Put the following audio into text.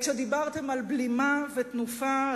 כשדיברתם על בלימה ותנופה,